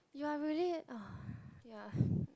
you are really ugh yeah